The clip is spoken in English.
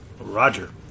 Roger